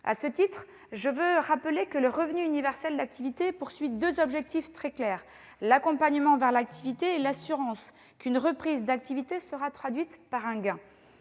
l'activité. Je rappelle que le revenu universel d'activité vise deux objectifs très clairs : l'accompagnement vers l'activité et l'assurance qu'une reprise d'activité se traduira par un gain.